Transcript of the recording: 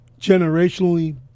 generationally